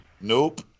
Nope